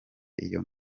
iyo